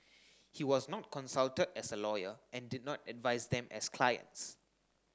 he was not consulted as a lawyer and did not advise them as clients